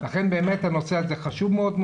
לכן הנושא הזה חשוב מאוד,